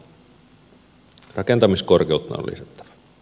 rakentamiskorkeutta on lisättävä